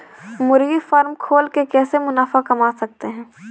मुर्गी फार्म खोल के कैसे मुनाफा कमा सकते हैं?